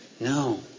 No